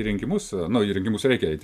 į rinkimus na į rinkimus reikia eiti